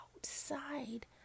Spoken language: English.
outside